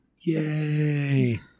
yay